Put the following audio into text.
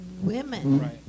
women